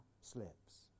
slips